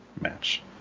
match